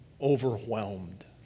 overwhelmed